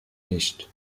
nicht